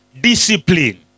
discipline